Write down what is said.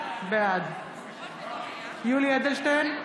בעד משה אבוטבול, בעד יולי יואל אדלשטיין,